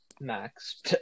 max